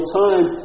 time